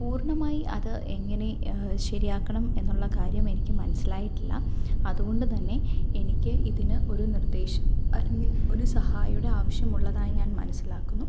പൂർണ്ണമായി അത് എങ്ങനെ ശരിയാക്കണം എന്നുള്ള കാര്യമെനിക്ക് മനസ്സിലായിട്ടില്ല അതുകൊണ്ടുതന്നെ എനിക്ക് ഇതിന് ഒരു നിർദ്ദേശം അല്ലെങ്കിൽ ഒരു സഹായിയുടെ ആവശ്യമുള്ളതായി ഞാൻ മനസ്സിലാക്കുന്നു